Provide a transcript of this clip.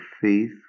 faith